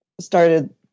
started